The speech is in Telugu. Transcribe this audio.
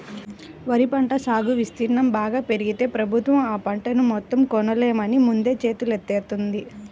వరి పంట సాగు విస్తీర్ణం బాగా పెరిగితే ప్రభుత్వం ఆ పంటను మొత్తం కొనలేమని ముందే చేతులెత్తేత్తంది